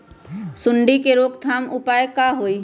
सूंडी के रोक थाम के उपाय का होई?